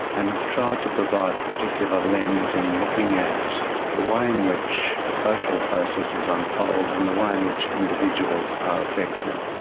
and has tried to provide a particular lens in looking at the way in which social processes unfold and the way in which individuals are affected.